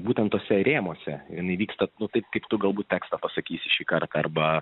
būtent tuose rėmuose ir įvyksta klūpi tik tu galbūt teks pasakyti šįkart arba